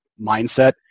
mindset